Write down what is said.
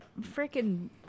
freaking